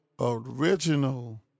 Original